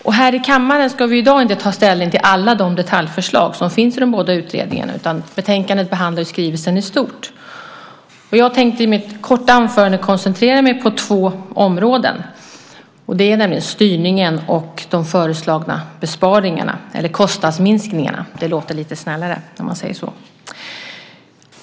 Här i kammaren ska vi i dag inte ta ställning till alla de detaljförslag som finns i de båda utredningarna utan betänkandet behandlar skrivelsen i stort. Jag tänkte i mitt korta anförande koncentrera mig på två områden. Det är styrningen och de föreslagna besparingarna, eller "kostnadsminskningarna". Det låter lite snällare när man säger så.